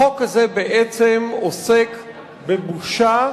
החוק הזה בעצם עוסק בבושה,